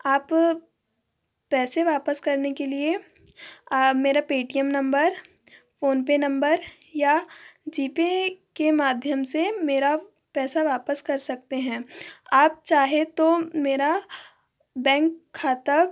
आप पैसे वापस करने के लिए मेरा पेटीएम नंबर फ़ोनपे नंबर या जी पे के माध्यम से मेरा पैसा वापस कर सकते हैं आप चाहे तो मेरा बैंक खाता